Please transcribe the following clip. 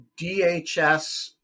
DHS-